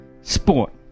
Sport